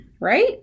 right